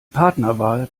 partnerwahl